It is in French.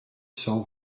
cent